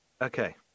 Okay